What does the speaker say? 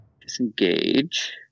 Disengage